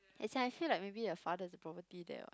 as in I feel like maybe the father has a property there what